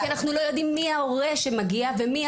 כי אנחנו לא יודעים מי ההורה שמגיע ומי